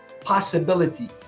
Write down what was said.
possibility